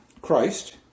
Christ